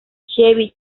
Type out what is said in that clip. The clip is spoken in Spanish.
chevy